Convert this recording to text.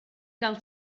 gael